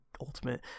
Ultimate